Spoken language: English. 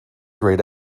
grayed